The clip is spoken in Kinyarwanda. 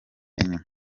inyuma